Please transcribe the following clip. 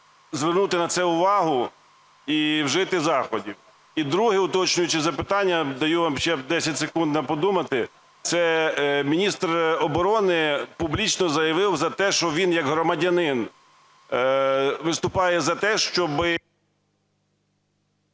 звернути на це увагу і вжити заходів. І друге, уточнююче запитання, даю вам ще 10 секунд на подумати. Це міністр оборони публічно заявив про те, що він як громадянин виступає за те, щоби…